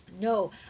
No